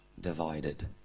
divided